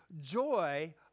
Joy